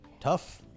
tough